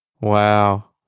Wow